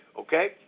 Okay